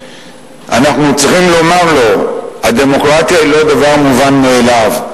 אנחנו צריכים לומר לו: הדמוקרטיה היא לא דבר מובן מאליו,